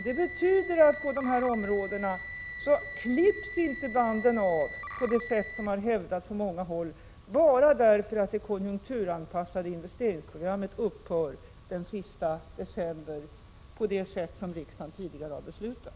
Det betyder att banden inte klipps av på detta område — som har hävdats från många håll — bara därför att det konjunkturanpassade investeringsprogrammet upphör den sista december på det sätt som riksdagen tidigare har beslutat.